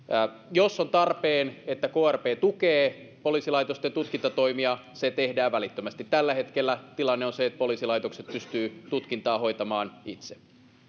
jos on tarpeen että krp tukee poliisilaitosten tutkintatoimia se tehdään välittömästi tällä hetkellä tilanne on se että poliisilaitokset pystyvät tutkintaa hoitamaan itse